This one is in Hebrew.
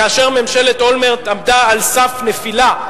כאשר ממשלת אולמרט עמדה על סף נפילה,